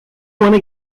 wanna